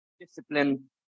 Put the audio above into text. discipline